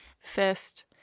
First